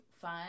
Fun